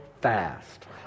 fast